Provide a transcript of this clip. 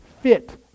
fit